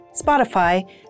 Spotify